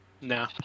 No